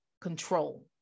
control